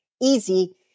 easy